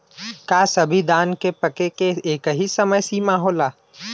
का सभी धान के पके के एकही समय सीमा होला?